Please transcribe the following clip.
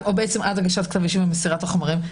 או בעצם עד הגשת כתב אישום ומסירת החומרים?